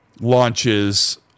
launches